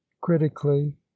critically